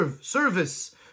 service